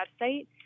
website